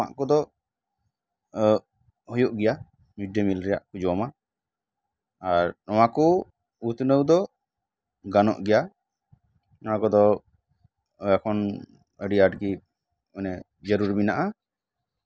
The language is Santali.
ᱡᱚᱢᱟᱜ ᱠᱚᱫᱚ ᱚᱜ ᱦᱩᱭᱩᱜ ᱜᱮᱭᱟ ᱢᱤᱰ ᱰᱮ ᱢᱤᱞ ᱨᱮᱭᱟᱜ ᱠᱚ ᱡᱚᱢᱟ ᱟᱨ ᱱᱚᱣᱟ ᱠᱚ ᱩᱛᱱᱟᱹᱣ ᱫᱚ ᱜᱟᱱᱚᱜ ᱜᱮᱭᱟ ᱱᱚᱣᱟ ᱠᱚᱫᱚ ᱮᱠᱷᱚᱱ ᱟ ᱰᱤ ᱟᱸᱴ ᱜᱮ ᱢᱟᱱᱮ ᱡᱟᱨᱩᱨ ᱢᱮᱱᱟᱜᱼᱟ